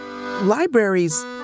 Libraries